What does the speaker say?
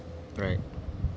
alright